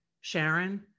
Sharon